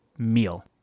meal